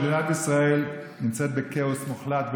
מדינת ישראל נמצאת בכאוס מוחלט,